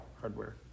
hardware